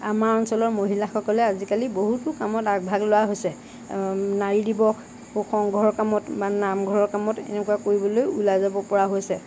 আমাৰ অঞ্চলৰ মহিলাসকলে আজিকালি বহুতো কামত আগভাগ লোৱা হৈছে নাৰী দিৱস আকৌ সংঘৰ কামত বা নামঘৰৰ কামত এনেকুৱা কৰিবলৈও ওলাই যাব পৰা হৈছে